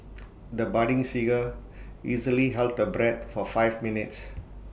the budding singer easily held her breath for five minutes